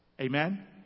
Amen